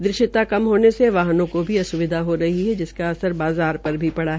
दृश्यता कम होने से वाहने को भी अस्विधा हो रही है जिसका असर बाज़ार पर भी पड़ा